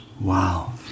Wow